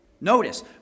Notice